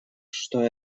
что